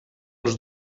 els